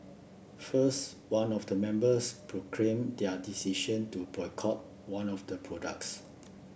first one of the members proclaimed they are decision to boycott one of the products